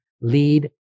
lead